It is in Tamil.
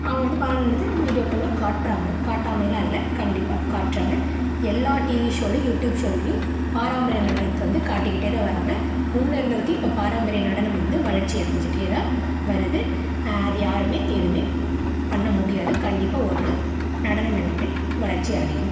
அவங்க வந்து பாரம்பரிய நடனத்தை வீடியோக்களில் காட்டுறாங்க காட்டாமைலாம் இல்லை கண்டிப்பாக காட்டுறாங்க எல்லா டிவி ஷோலேயும் யூடியூப் ஷோலேயும் பாரம்பரிய நடனத்தை வந்து காட்டிக்கிட்டேதான் வராங்க முன்னே இருந்ததுக்கு இப்போ பாரம்பரிய நடனம் வந்து வளர்ச்சி அடைஞ்சிட்டே தான் வருது அது யாருமே எதுவுமே பண்ண முடியாது கண்டிப்பாக ஒரு நாள் நடனம் எல்லாமே வளர்ச்சி அடையும்